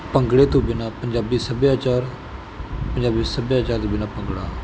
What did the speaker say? ਭੰਗੜੇ ਤੋਂ ਬਿਨਾਂ ਪੰਜਾਬੀ ਸੱਭਿਆਚਾਰ ਪੰਜਾਬੀ ਸੱਭਿਆਚਾਰ ਦੇ ਬਿਨਾਂ ਭੰਗੜਾ